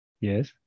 Yes